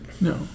No